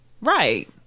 Right